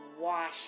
Wash